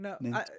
No